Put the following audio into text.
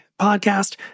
podcast